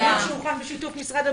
זה מדריך שהוכן בשיתוף משרד הבריאות.